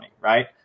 right